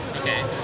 okay